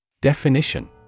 Definition